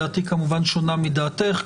דעתי כמובן שונה מדעתך.